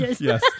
Yes